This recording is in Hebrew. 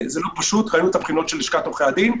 זה לא פשוט, ראינו את הבחינות של לשכת עורכי הדין.